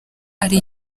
ari